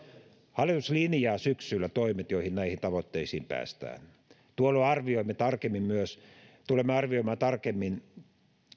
hallitus linjaa syksyllä toimet joilla näihin tavoitteisiin päästään tuolloin myös tulemme arvioimaan tarkemmin